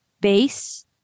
base